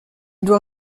doit